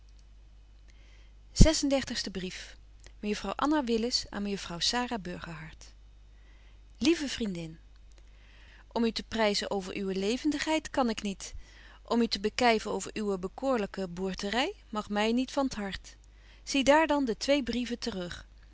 mejuffrouw anna willis aan mejuffrouw sara burgerhart lieve vriendin om u te pryzen over uwe levendigheid kan ik niet om u te bekyven over uwe bekoorlyke boertery mag my niet van t hart zie daar dan de twee brieven te